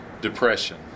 depression